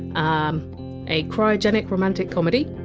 um a cryogenic romantic comedy?